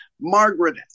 Margaret